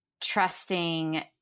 trusting